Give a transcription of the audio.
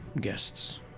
guests